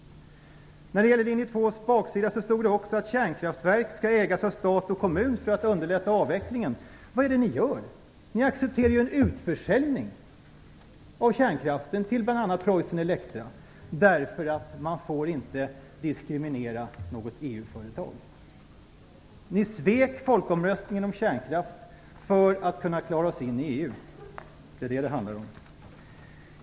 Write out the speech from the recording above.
När det gäller Linje 2 stod det på baksidan att kärnkraftverk skall ägas av stat och kommun för att underlätta avvecklingen. Vad är det ni gör? Ni accepterar ju en utförsäljning av kärnkraften till bl.a. Preussen Elektra, därför att man inte får diskriminera något EU-företag. Ni svek folkomröstningen om kärnkraft för att kunna klara oss in i EU. Det är vad det handlar om.